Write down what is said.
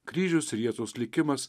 kryžius ir jėzaus likimas